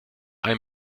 ein